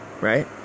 right